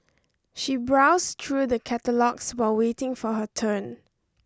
she browse true the catalogues while waiting for her turn